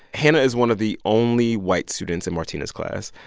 hannah is one of the only white students in martina's class,